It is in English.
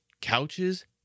couches